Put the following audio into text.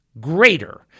greater